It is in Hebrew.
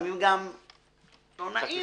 לפעמים גם לא נעים.